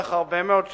לאורך הרבה מאוד שנים,